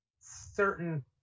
certain